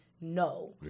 No